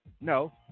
no